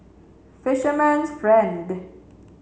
fisherman's friend